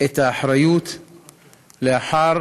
את האחריות לאחר